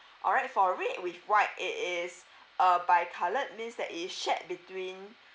alright for red with white it is uh by colored means that it is shared between